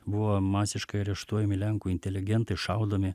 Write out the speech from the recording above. buvo masiškai areštuojami lenkų inteligentai šaudomi